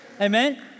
Amen